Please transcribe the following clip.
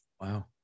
Wow